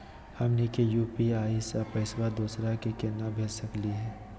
हमनी के यू.पी.आई स पैसवा दोसरा क केना भेज सकली हे?